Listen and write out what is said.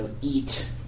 eat